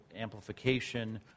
amplification